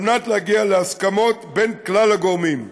על מנת להגיע להסכמות בין כלל הגורמים.